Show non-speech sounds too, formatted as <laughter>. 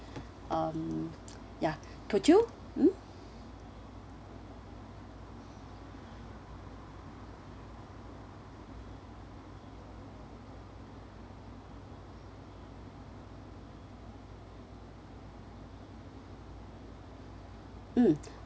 <laughs> ya could you mm mm